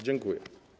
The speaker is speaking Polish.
Dziękuję.